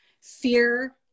fear